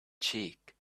cheek